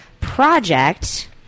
project